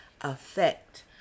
effect